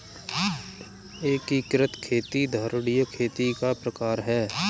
एकीकृत खेती धारणीय खेती का प्रकार है